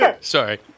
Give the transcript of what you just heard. Sorry